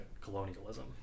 colonialism